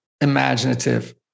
imaginative